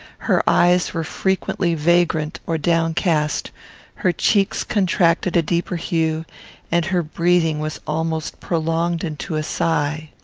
her eyes were frequently vagrant or downcast her cheeks contracted a deeper hue and her breathing was almost prolonged into a sigh.